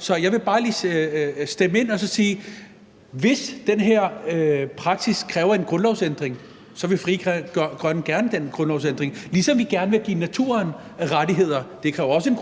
Så jeg vil bare lige stemple ind og sige, at hvis den her praksis kræver en grundlovsændring, vil Frie Grønne gerne have den grundlovsændring; ligesom vi gerne vil give naturen rettigheder i grundloven – det kræver også en